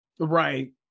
Right